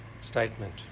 statement